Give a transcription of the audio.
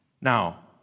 Now